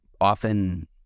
often